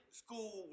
school